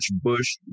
Bush